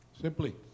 simply